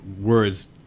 words